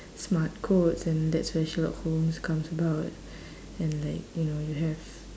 smart coats and that's where sherlock holmes comes about and like you know you have